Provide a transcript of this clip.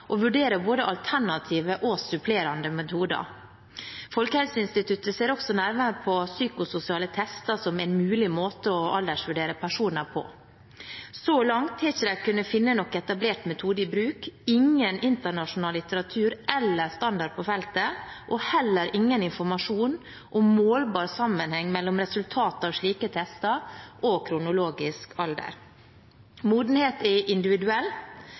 og vurderer både alternative og supplerende metoder. Folkehelseinstituttet ser også nærmere på psykososiale tester som en mulig måte å aldersvurdere personer på. Så langt har de ikke kunnet finne noen etablert metode i bruk, ingen internasjonal litteratur eller standard på feltet og heller ingen informasjon om målbar sammenheng mellom resultatet av slike tester og kronologisk alder. Modenhet er